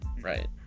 Right